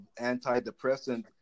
antidepressant